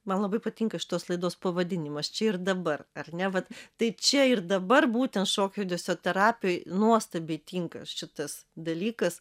man labai patinka šitos laidos pavadinimas čia ir dabar ar ne vat tai čia ir dabar būtent šokio judesio terapijoj nuostabiai tinka šitas dalykas